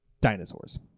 dinosaurs